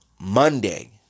Monday